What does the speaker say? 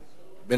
בן-ארי,